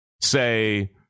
say